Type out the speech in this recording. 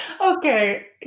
okay